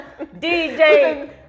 DJ